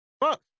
Fuck